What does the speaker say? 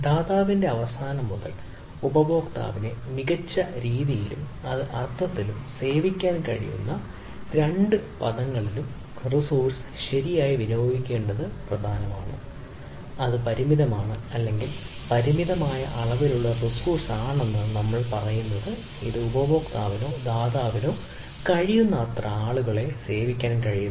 ദാതാവിന്റെ അവസാനം മുതൽ ഉപഭോക്താവിനെ മികച്ച രീതിയിലും മറ്റ് അർത്ഥത്തിലും സേവിക്കാൻ കഴിയുന്ന രണ്ട് പദങ്ങളിലും റിസോഴ്സ് ശരിയായി വിനിയോഗിക്കേണ്ടത് പ്രധാനമാണ് അത് പരിമിതമാണ് അല്ലെങ്കിൽ പരിമിതമായ അളവിലുള്ള റിസോഴ്സ് ആണെന്നാണ് നമ്മൾ പറയുന്നത് ഇതിന് ഉപഭോക്താവിനോ ദാതാവിനോ കഴിയുന്നത്ര ആളുകളെ സേവിക്കാൻ കഴിയും